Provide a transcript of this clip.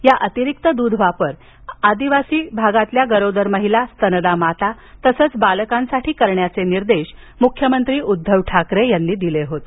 या अतिरिक्त दूध वापर आदिवासी भागातील गरोदर महिला स्तनदा माता तसेच बालकांसाठी करण्याचे निर्देश मुख्यमंत्री उद्घव ठाकरे यांनी दिले होते